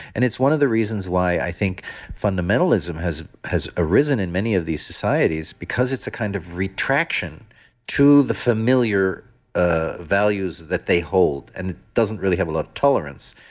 and it's one of the reasons why i think fundamentalism has arisen arisen in many of these societies because it's a kind of retraction to the familiar ah values that they hold and doesn't really have a lot of tolerance,